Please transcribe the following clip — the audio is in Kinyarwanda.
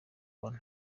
bona